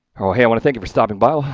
oh! hey, i want to thank you for stopping by.